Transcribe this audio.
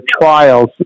trials